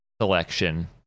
selection